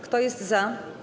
Kto jest za?